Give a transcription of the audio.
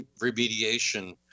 remediation